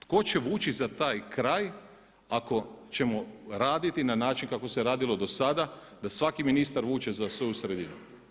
Tko će vući za taj kraj ako ćemo raditi na način kako se radilo dosada da svaki ministar vuče za svoju sredinu?